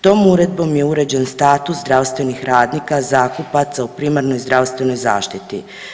Tom uredbom je uređene status zdravstvenih radnika zakupaca u primarnoj zdravstvenoj zaštiti.